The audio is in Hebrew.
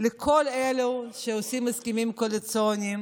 לכל אלו שעושים הסכמים קואליציוניים